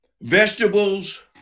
vegetables